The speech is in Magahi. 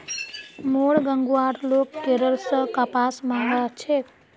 मोर गांउर लोग केरल स कपास मंगा छेक